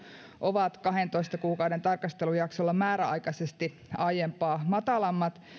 ovat kahdentoista kuukauden tarkastelujaksolla määräaikaisesti aiempaa matalammat